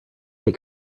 take